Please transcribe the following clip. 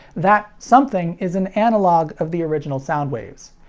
that something is an analog of the original sound waves.